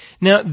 Now